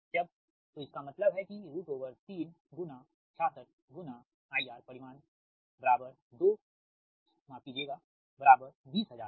जब तो इसका मतलब है कि 366IR परिमाण बराबर 20000 है